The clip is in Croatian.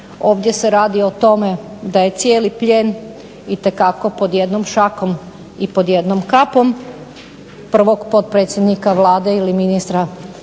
ovdje se radi o tome da je cijeli plijen itekako pod jednom šakom i pod jednom kapom prvog potpredsjednika Vlade ili ministra